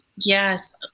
Yes